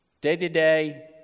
day-to-day